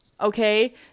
okay